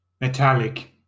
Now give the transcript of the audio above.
metallic